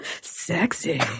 Sexy